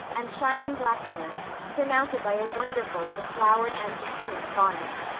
and shining black hair, surmounted by a wonderful beflowered and beplumed bonnet.